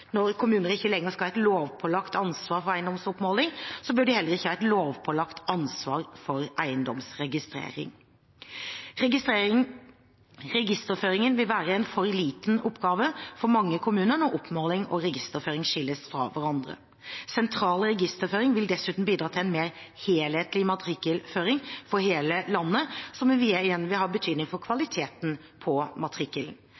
Når kommuner ikke lenger skal ha et lovpålagt ansvar for eiendomsoppmåling, bør de heller ikke ha et lovpålagt ansvar for eiendomsregistrering. Registerføringen vil være en for liten oppgave for mange kommuner når oppmåling og registerføring skilles fra hverandre. Sentral registerføring vil dessuten bidra til en mer helhetlig matrikkelføring for hele landet, noe som igjen vil ha betydning for